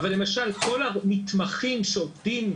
אבל למשל כל המתמחים שעובדים,